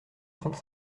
trente